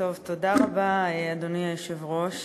תודה רבה, אדוני היושב-ראש.